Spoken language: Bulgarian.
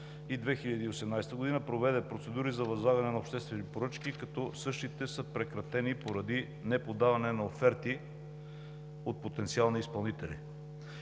и 2018 г. проведе процедури за възлагане на обществени поръчки, като същите са прекратени поради неподаване на оферти от потенциални изпълнители.